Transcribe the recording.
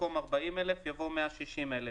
במקום "40,000" יבוא "160,000".